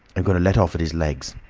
i'm going to let off at his legs.